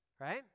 Right